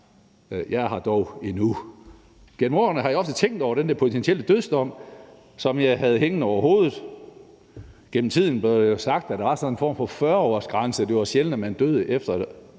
er her dog endnu. Gennem årene har jeg ofte tænkt over den der potentielle dødsdom, som jeg havde hængende over hovedet. Gennem tiden blev det jo sagt, at der var sådan en form for 40-årsgrænse; det var sjældent, at man døde, efter at